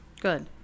Good